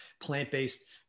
plant-based